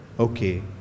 Okay